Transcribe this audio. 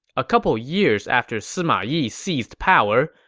a couple years after sima yi seized power,